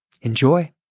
Enjoy